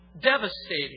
devastating